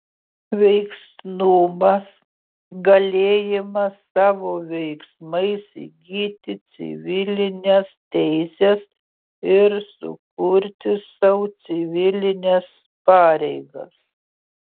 veiksnumas galėjimas savo veiksmais įgyti civilines teises ir sukurti sau civilines pareigas